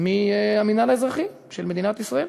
מהמינהל האזרחי של מדינת ישראל.